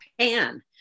pan